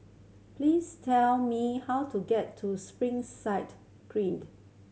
please tell me how to get to Springside Green